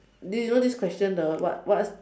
do you know this question the what what's